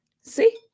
See